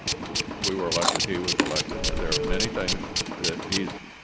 we were elected. he was elected. there are many things that he's